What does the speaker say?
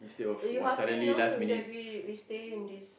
so you happy now you that we we stay in this